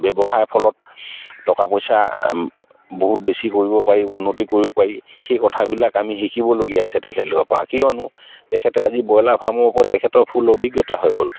ব্যৱসায়ৰ ফলত টকা পইচা বহুত বেছি কৰিব পাৰি উন্নতি কৰিব পাৰি সেই কথাবিলাক আমি শিকিবলগীয়া আছে তেখেতলোকৰপৰা কিয়নো তেখেতে আজি ব্ৰইলাৰ ফাৰ্মৰ ওপৰত তেখেতৰ ফুল অভিজ্ঞতা হৈ গ'ল